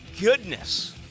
goodness